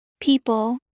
people